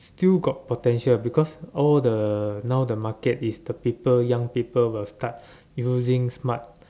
still got potential because all the now the market is the people young people will start using smart